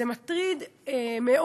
זה מטריד מאוד.